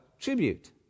tribute